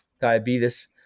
diabetes